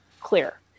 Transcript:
clear